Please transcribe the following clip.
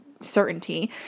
certainty